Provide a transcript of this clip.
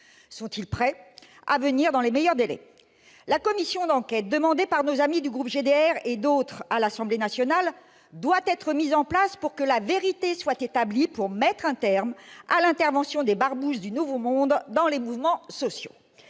Sont-ils prêts à venir dans les meilleurs délais ? La commission d'enquête demandée par nos amis du groupe GDR et d'autres groupes à l'Assemblée nationale doit être mise en place pour que la vérité soit établie et pour qu'il soit mis un terme à l'intervention des barbouzes du nouveau monde dans les mouvements sociaux.